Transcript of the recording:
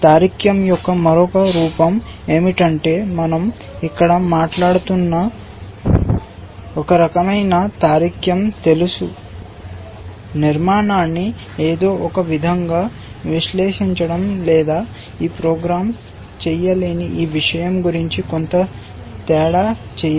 తార్కికం యొక్క మరొక రూపం ఏమిటంటే మనం ఇక్కడ మాట్లాడుతున్న రకమైన తార్కికం తెలుసు నిర్మాణాన్ని ఏదో ఒక విధంగా విశ్లేషించడం లేదా ఈ ప్రోగ్రామ్ చేయలేని ఈ విషయం గురించి కొంత తేడా చేయడం